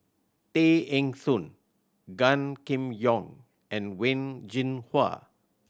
Tay Eng Soon Gan Kim Yong and Wen Jinhua